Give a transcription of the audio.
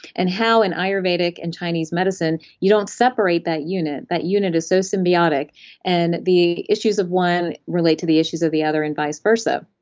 and how in ayurvedic and chinese medicine you don't separate that unit that unit is so symbiotic and the issues of one relate to the issues of the other and vice versa.